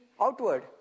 outward